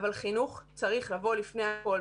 אבל חינוך צריך לבוא לפני הכול.